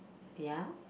ya